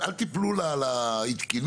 לפי בקשת הממשלה להוסיף בפסקה בדיקת